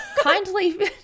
Kindly